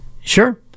Sure